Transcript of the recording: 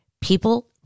People